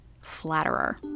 flatterer